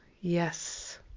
Yes